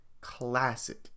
Classic